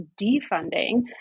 defunding